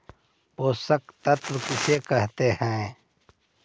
पोषक तत्त्व किसे कहते हैं?